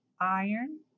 iron